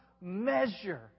measure